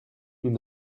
nous